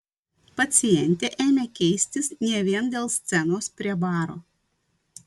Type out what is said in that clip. pacientė ėmė keistis ne vien dėl scenos prie baro